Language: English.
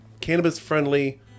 cannabis-friendly